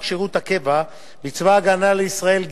שירות הקבע בצבא-הגנה לישראל (גמלאות)